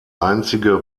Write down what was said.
einzige